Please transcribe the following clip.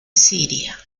siria